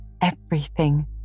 everything